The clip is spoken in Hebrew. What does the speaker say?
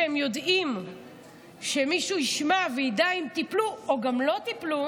והם יודעים שמישהו ישמע וידע אם טיפלו או גם לא טיפלו.